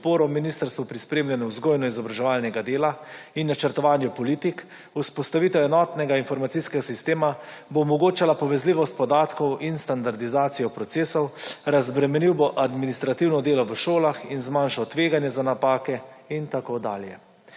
podporo ministrstvu pri spremljanju vzgojno izobraževalnega dela in načrtovanju politik, vzpostavitev enotnega informacijskega sistema bo omogoča povezljivost podatkov in standardizacijo procesov, razbremenil bo administrativno delo v šolah in zmanjšal tveganje za napake in tako dalje.